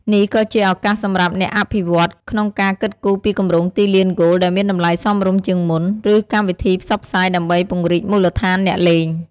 នេះក៏ជាឱកាសសម្រាប់អ្នកអភិវឌ្ឍន៍ ក្នុងការគិតគូរពីគម្រោងទីលានហ្គោលដែលមានតម្លៃសមរម្យជាងមុន ឬកម្មវិធីផ្សព្វផ្សាយដើម្បីពង្រីកមូលដ្ឋានអ្នកលេង។